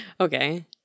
Okay